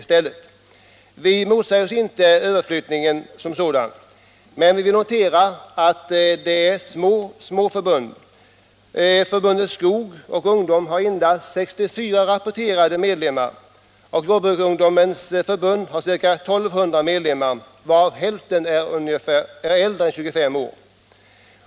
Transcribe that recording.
Vi motsätter oss inte överflyttningen som sådan men noterar att det är mycket små förbund. Förbundet Skog och ungdom har endast 64 rapporterade medlemmar och Jordbrukarungdomens förbund har ca 1200 medlemmar, varav ungefär hälften är äldre än 25 år.